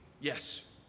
Yes